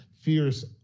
fierce